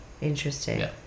Interesting